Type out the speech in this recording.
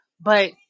But-